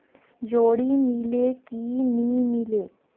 जोणी मीले कि नी मिले?